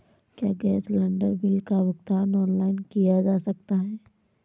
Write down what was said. क्या gas cylinder bill का भुगतान ऑनलाइन किया जा सकता है?